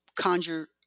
conjure